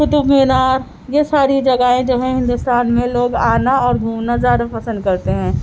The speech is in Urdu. قطب مینار یہ ساری جگہیں جو ہیں ہندوستان میں لوگ آنا اور گھومنا زیادہ پسند کرتے ہیں